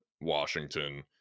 Washington